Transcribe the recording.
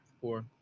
Four